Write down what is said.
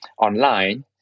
online